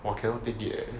!wah! cannot take it eh